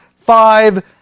five